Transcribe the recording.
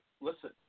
Listen